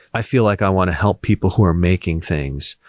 i feel like i want to help people who are making things,